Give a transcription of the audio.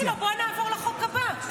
אמרתי לו: בוא נעבור לחוק הבא.